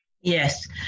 Yes